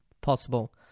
possible